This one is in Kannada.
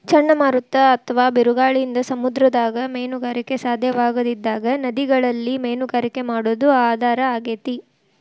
ಚಂಡಮಾರುತ ಅತ್ವಾ ಬಿರುಗಾಳಿಯಿಂದ ಸಮುದ್ರದಾಗ ಮೇನುಗಾರಿಕೆ ಸಾಧ್ಯವಾಗದಿದ್ದಾಗ ನದಿಗಳಲ್ಲಿ ಮೇನುಗಾರಿಕೆ ಮಾಡೋದು ಆಧಾರ ಆಗೇತಿ